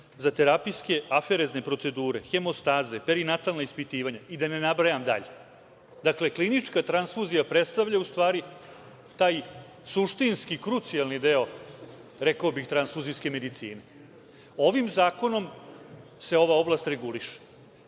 za terapijske aferezne procedure, hemostaze, perinatalna ispitivanja i da ne nabrajam dalje. Dakle, klinička transfuzija predstavlja u stvari taj suštinski, krucijalni deo, rekao bih, transfuzijske medicine. Ovim zakonom se ova oblast reguliše.